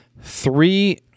three